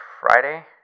Friday